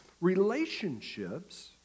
Relationships